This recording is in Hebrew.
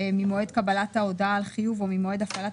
ממועד קבלת ההודעה על חיוב או ממועד הפעלת